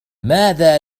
ماذا